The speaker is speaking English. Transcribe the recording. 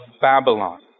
Babylon